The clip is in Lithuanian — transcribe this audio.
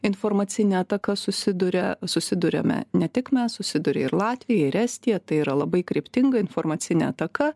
informacine ataka susiduria susiduriame ne tik mes susiduria ir latvija ir estija tai yra labai kryptinga informacinė ataka